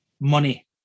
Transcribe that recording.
money